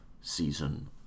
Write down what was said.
Season